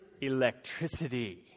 electricity